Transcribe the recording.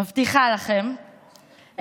מבטיחה לכם,